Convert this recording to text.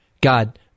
God